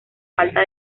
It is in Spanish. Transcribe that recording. falta